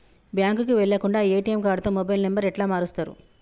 బ్యాంకుకి వెళ్లకుండా ఎ.టి.ఎమ్ కార్డుతో మొబైల్ నంబర్ ఎట్ల మారుస్తరు?